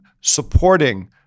supporting